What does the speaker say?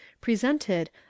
presented